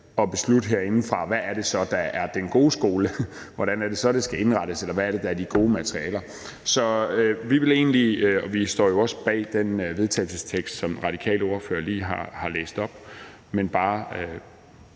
at beslutte herindefra, hvad der så er den gode skole, og hvordan det så skal indrettes, eller hvad det er, der er de gode materialer. Vi står også bag den vedtagelsestekst, som den radikale ordfører lige har læst op; men jeg